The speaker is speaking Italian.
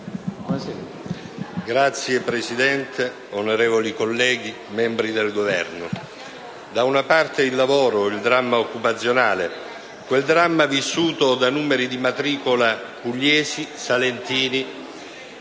Signor Presidente, onorevoli colleghi, membri del Governo,